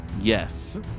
Yes